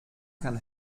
kann